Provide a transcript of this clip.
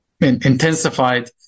intensified